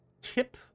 tip